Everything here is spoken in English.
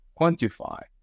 quantify